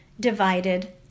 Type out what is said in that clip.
Divided